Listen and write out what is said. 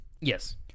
Yes